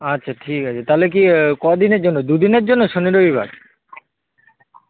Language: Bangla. আচ্ছা ঠিক আছে তাহলে কি ক দিনের জন্য দু দিনের জন্য শনি রবিবার